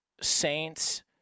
Saints